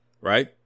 right